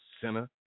sinner